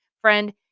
Friend